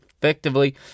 effectively